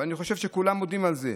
ואני חושב שכולם מודים על זה.